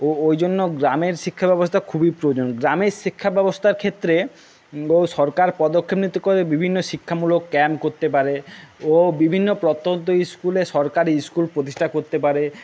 ও ওই জন্য গ্রামের শিক্ষা ব্যবস্থা খুবই প্রয়োজন গ্রামের শিক্ষা ব্যবস্থার ক্ষেত্রে ও সরকার পদক্ষেপ নিতে করে বিভিন্ন শিক্ষামূলক ক্যাম্প করতে পারে ও বিভিন্ন প্রত্যন্ত স্কুলে সরকারি স্কুল প্রতিষ্ঠা করতে পারে